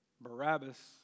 Barabbas